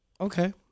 Okay